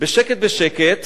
בשקט בשקט